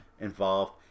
involved